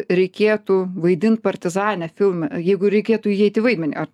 reikėtų vaidint partizanę filme jeigu reikėtų įeit į vaidmenį ar